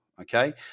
okay